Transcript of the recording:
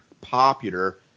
popular